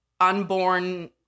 unborn